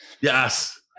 Yes